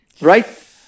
Right